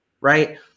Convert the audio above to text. right